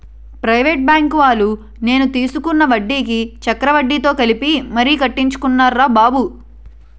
private బాంకువాళ్ళు నేను తీసుకున్న వడ్డీకి చక్రవడ్డీతో కలిపి మరీ కట్టించుకున్నారురా బాబు